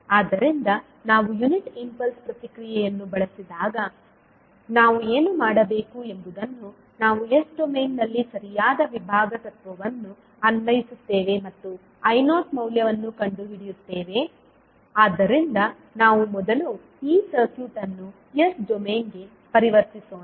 ಆದ್ದರಿಂದ ನಾವು unit impulse ಪ್ರತಿಕ್ರಿಯೆಯನ್ನು ಬಳಸಿದಾಗ ನಾವು ಏನು ಮಾಡಬೇಕು ಎಂಬುದನ್ನು ನಾವು s ಡೊಮೇನ್ನಲ್ಲಿ ಸರಿಯಾದ ವಿಭಾಗ ತತ್ವವನ್ನು ಅನ್ವಯಿಸುತ್ತೇವೆ ಮತ್ತು i0 ಮೌಲ್ಯವನ್ನು ಕಂಡುಹಿಡಿಯುತ್ತೇವೆ ಆದ್ದರಿಂದ ನಾವು ಮೊದಲು ಈ ಸರ್ಕ್ಯೂಟ್ ಅನ್ನು s ಡೊಮೇನ್ಗೆ ಪರಿವರ್ತಿಸೋಣ